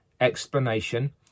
explanation